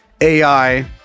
AI